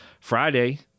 Friday